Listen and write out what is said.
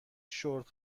شورت